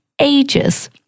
ages